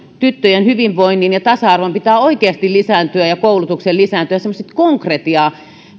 tyttöjen hyvinvoinnin ja tasa arvon pitää oikeasti lisääntyä ja koulutuksen lisääntyä semmoista konkretiaa